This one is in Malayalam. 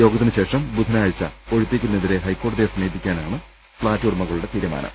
യോഗത്തിനുശേഷം ബുധനാഴ്ച ഒഴിപ്പിക്കലിനെതിരേ ഹൈക്കോടതിയെ സമീപിക്കാനാണ് ഫ്ളാറ്റ് ഉടമകളുടെ തീരുമാനം